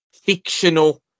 fictional